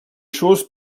choses